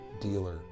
dealer